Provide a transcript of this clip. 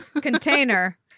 container